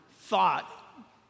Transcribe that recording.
thought